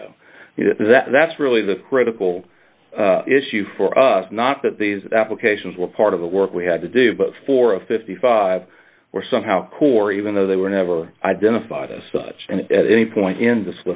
so that's really the critical issue for us not that these applications were part of the work we had to do but for a fifty five or somehow core even though they were never identified as such and at any point in the